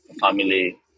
family